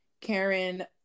Karen